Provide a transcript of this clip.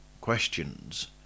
questions